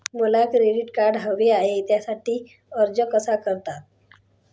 मला credit card हवे आहे त्यासाठी अर्ज कसा करतात?